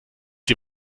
die